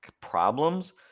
problems